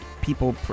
people